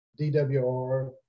DWR